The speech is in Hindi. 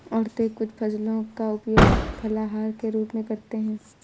औरतें कुछ फसलों का उपयोग फलाहार के रूप में करते हैं